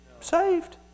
saved